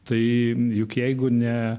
tai juk jeigu ne